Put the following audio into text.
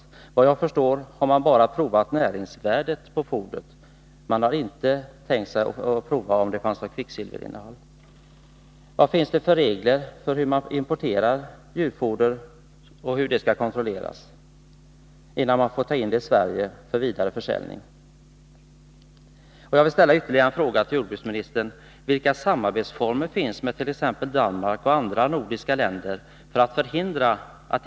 Såvitt jag förstår har man bara provat näringsvärdet på fodret — man har inte tänkt sig att pröva om det fanns något kvicksilver i det.